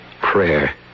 prayer